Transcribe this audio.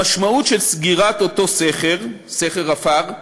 המשמעות של סגירת אותו סכר, סכר עפר,